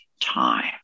time